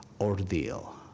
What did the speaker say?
ordeal